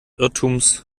irrtums